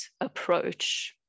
approach